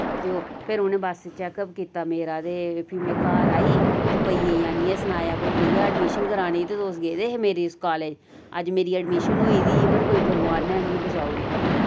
ते ओह् फिर उनें बस चेकअप कीता मेरा ते फ्ही मैं घर आई ते भेइये आह्नियै सनाया भई भैया एडमिशन कराने ते तुस गेदे हे मेरी उस कालेज अज्ज मेरी एडमिशन होई दी ही पर कोई भगवान नै मी बचाई ओड़ेया